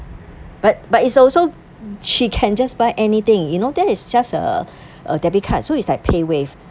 but but it's also she can just buy anything you know that is just uh a debit card so it's like paywave